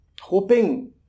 Hoping